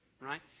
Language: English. Right